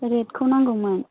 रेडखौ नांगौमोन